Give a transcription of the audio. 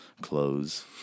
clothes